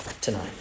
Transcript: tonight